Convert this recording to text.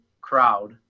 crowd